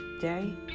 Day